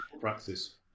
practice